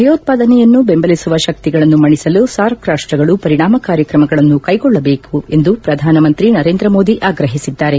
ಭಯೋತ್ಪಾದನೆಯನ್ನು ಬೆಂಬಲಿಸುವ ಶಕ್ತಿಗಳನ್ನು ಮಣಿಸಲು ಸಾರ್ಕ್ ರಾಷ್ಟಗಳು ಪರಿಣಾಮಕಾರಿ ಕ್ರಮಗಳನ್ನು ಕ್ಟೆಗೊಳ್ಳಬೇಕು ಎಂದು ಪ್ರಧಾನಮಂತ್ರಿ ನರೇಂದ್ರ ಮೋದಿ ಆಗ್ರಹಿಸಿದ್ದಾರೆ